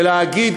ולהגיד,